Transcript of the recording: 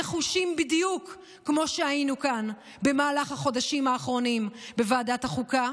נחושים בדיוק כמו שהיינו כאן במהלך החודשים האחרונים בוועדת החוקה.